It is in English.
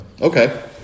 Okay